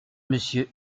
monsieur